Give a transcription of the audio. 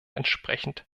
entsprechend